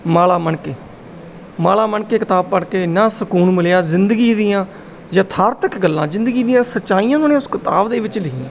ਮਾਲਾ ਮਣਕੇ ਮਾਲਾ ਮਣਕੇ ਕਿਤਾਬ ਪੜ੍ਹ ਕੇ ਇੰਨਾ ਸਕੂਨ ਮਿਲਿਆ ਜਿੰਦਗੀ ਦੀਆਂ ਯਥਾਰਥਕ ਗੱਲਾਂ ਜ਼ਿੰਦਗੀ ਦੀਆਂ ਸੱਚਾਈਆਂ ਉਹਨਾਂ ਨੇ ਉਸ ਕਿਤਾਬ ਦੇ ਵਿੱਚ ਲਿਖੀਆਂ